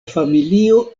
familio